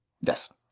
Yes